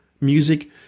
music